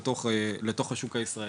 לתוך השוק הישראלי.